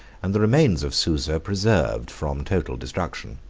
and the remains of susa preserved from total destruction.